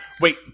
wait